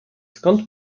skąd